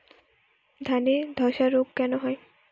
ধানে ধসা রোগ কেন হয়?